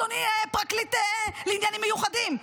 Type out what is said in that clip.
אדוני פרקליט לעניינים מיוחדים?